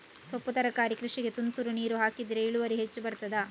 ಸೊಪ್ಪು ತರಕಾರಿ ಕೃಷಿಗೆ ತುಂತುರು ನೀರು ಹಾಕಿದ್ರೆ ಇಳುವರಿ ಹೆಚ್ಚು ಬರ್ತದ?